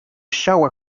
shower